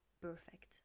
perfect